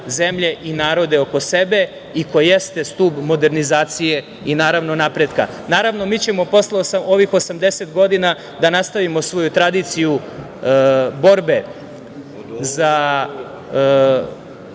i narode oko sebe i ko jeste stub modernizacije i naravno, napretka. Mi ćemo posle ovih 80 godina da nastavimo svoju tradiciju borbe i